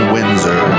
Windsor